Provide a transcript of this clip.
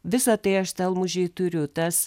visa tai aš stelmužėj turiu tas